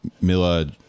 Mila